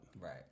Right